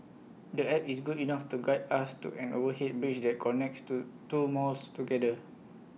the app is good enough to guide us to an overhead bridge that connects two two malls together